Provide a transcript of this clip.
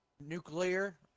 Nuclear